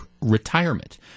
retirement